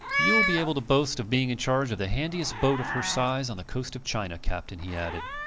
youll be able to boast of being in charge of the handiest boat of her size on the coast of china, captain, he added.